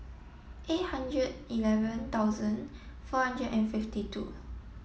eight hundred eleven thousand four hundred and fifty two